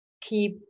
keep